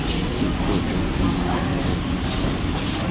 सूप के उपयोग चीन आ यूरोप मे सेहो होइ छै